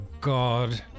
God